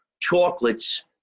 chocolates